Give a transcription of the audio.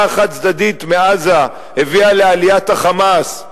החד-צדדית מעזה הביאה לעליית ה"חמאס",